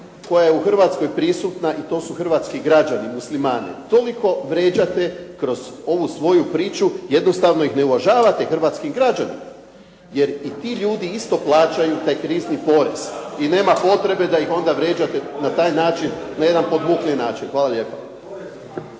koja je u Hrvatskoj prisutna i to su hrvatski građani Muslimani toliko vrijeđate kroz ovu svoju priču, jednostavno ih ne uvažavate hrvatski građani, jer i ti ljudi isto plaćaju taj krizni porez i nema potrebe da ih onda vrijeđate na taj način, na jedan podmukli način. Hvala lijepo.